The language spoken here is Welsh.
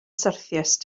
syrthiaist